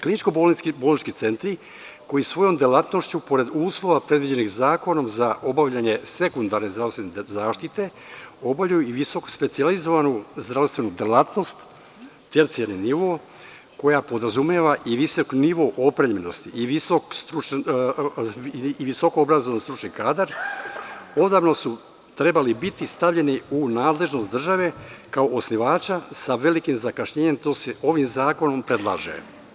Kliničko-bolnički centri koji svojom delatnošću, pored uslova predviđenih zakonom za obavljanje sekundarne zdravstvene zaštite, obavljaju i visoko specijalizovanu zdravstvenu delatnost, tercijalni nivo, koja podrazumeva i visok nivo opremljenosti i visoko obrazovni stručni kadar, odavno su trebali biti stavljeni u nadležnost države, kao osnivača, sa velikim zakašnjenjem to se ovim zakonom predlaže.